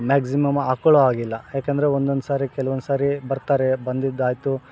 maximum ಹಾಕೊಳ್ಳೋ ಹಾಗಿಲ್ಲ ಯಾಕಂದರೆ ಒಂದೊಂದು ಸಾರಿ ಕೆಲವೊಂದುಸಾರಿ ಬರ್ತಾರೆ ಬಂದಿದ್ದು ಆಯಿತು